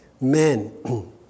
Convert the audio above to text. men